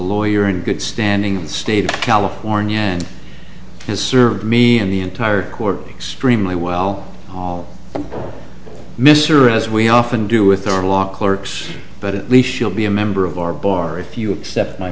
lawyer in good standing state california and has served me and the entire court stream my well mr as we often do with our law clerks but at least she'll be a member of our bar if you accept my